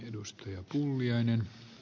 arvoisa puhemies